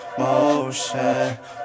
motion